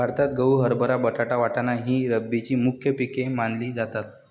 भारतात गहू, हरभरा, बटाटा, वाटाणा ही रब्बीची मुख्य पिके मानली जातात